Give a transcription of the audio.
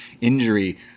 injury